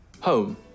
Home